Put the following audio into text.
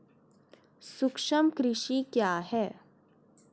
सूक्ष्म कृषि क्या है?